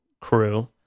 crew